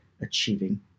achieving